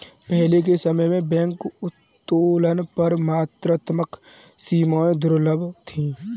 पहले के समय में बैंक उत्तोलन पर मात्रात्मक सीमाएं दुर्लभ थीं